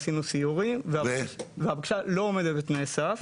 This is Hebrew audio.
עשינו סיורים והבקשה לא עומדת בתנאי הסף.